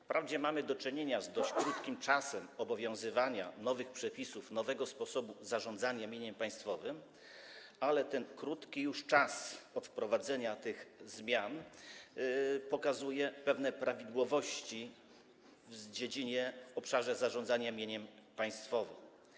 Wprawdzie mamy do czynienia z dość krótkim czasem obowiązywania nowych przepisów, nowego sposobu zarządzania mieniem państwowym, ale ten krótki czas od wprowadzenia tych zmian już pokazuje pewne prawidłowości w obszarze zarządzania mieniem państwowym.